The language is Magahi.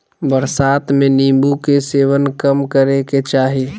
बरसात में नीम्बू के सेवन कम करे के चाही